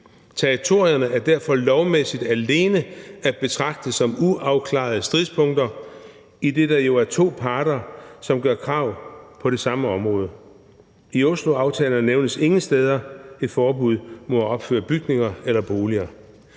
Territorierne er derfor lovmæssigt alene at betragte som uafklarede stridspunkter, idet der jo er to parter, som gør krav på det samme område. I Osloaftalen nævnes ingen steder et forbud mod at opføre bygninger eller boliger.